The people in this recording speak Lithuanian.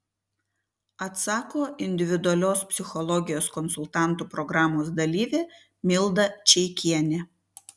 atsako individualiosios psichologijos konsultantų programos dalyvė milda čeikienė